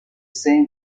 same